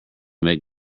make